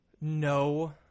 No